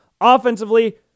Offensively